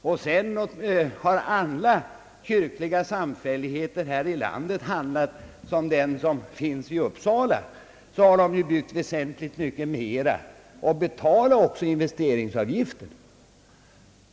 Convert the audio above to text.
Om sedan alla kyrkliga samfälligheter som fått avslag på sina ansökningar handlar som den i Uppsala, så uppför de sina byggnader och betalar också investeringsavgiften.